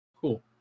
Cool